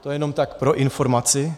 To jenom tak pro informaci.